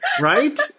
Right